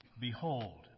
Behold